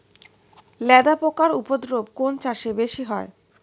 লেদা পোকার উপদ্রব কোন চাষে বেশি হয়?